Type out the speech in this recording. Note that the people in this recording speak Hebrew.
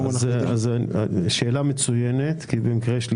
החל מהיום ניתן יהיה